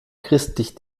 christlich